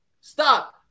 stop